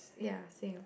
ya same